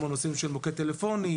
כמו נושאים של מוקד טלפוני,